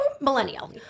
millennial